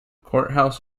courthouse